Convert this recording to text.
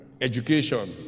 education